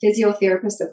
physiotherapist